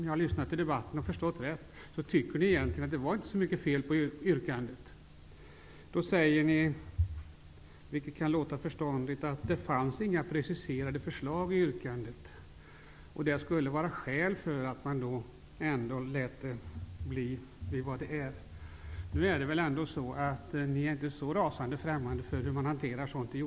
Jag har lyssnat till debatten, och om jag har förstått rätt tycker ni egentligen att det inte var något större fel på yrkandet. Ni säger, vilket kan låta förståndigt, att det inte fanns några preciserade förslag i yrkandet. Det skulle vara skäl för att man ändå lät förhållandena bli vid vad de är. Men ni är ju i jordbruksutskottet inte så rasande främmande för hur man hanterar sådant.